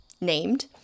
named